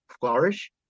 flourish